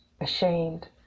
ashamed